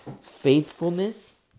faithfulness